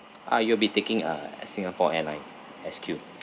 ah you'll be taking a singapore airlines S_Q